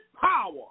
power